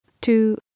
two